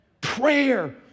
Prayer